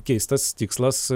keistas tikslas